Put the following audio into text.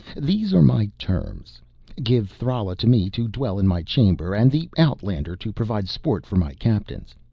these are my terms give thrala to me to dwell in my chamber and the outlander to provide sport for my captains.